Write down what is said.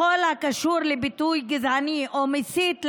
בכל הקשור לביטוי גזעני או מסית לאלימות,